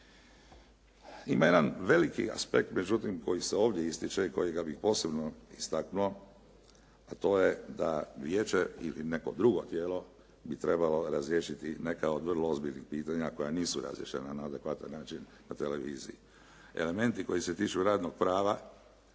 Ima jedan veliki aspekt međutim koji se ovdje ističe i kojega bih posebno istaknuo a to je da vijeće ili neko drugo tijelo bi trebalo razriješiti neka od vrlo ozbiljnih pitanja koja nisu razriješena na adekvatan način na televiziji. Elementi koji se tiču radnog prava